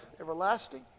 everlasting